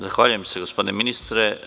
Zahvaljujem se, gospodine ministre.